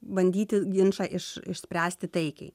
bandyti ginčą iš išspręsti taikiai